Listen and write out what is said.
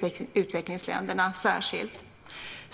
särskilt utvecklingsländerna.